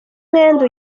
mwenda